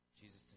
Jesus